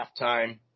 halftime